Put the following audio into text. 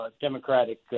democratic